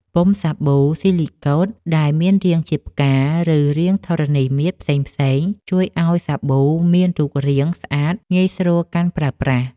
ពុម្ពសាប៊ូស៊ីលីកូត ដែលមានរាងជាផ្កា ឬរាងធរណីមាត្រផ្សេងៗ ជួយឱ្យសាប៊ូមានរូបរាងស្អាតងាយស្រួលកាន់ប្រើប្រាស់។